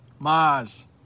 Maz